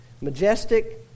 Majestic